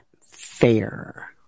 fair